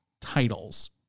titles